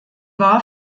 war